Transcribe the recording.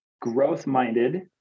growth-minded